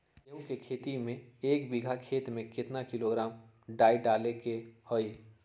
गेहूं के खेती में एक बीघा खेत में केतना किलोग्राम डाई डाले के होई?